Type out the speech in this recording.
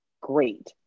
Great